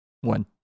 One